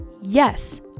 Yes